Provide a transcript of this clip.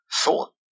thought